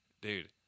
Dude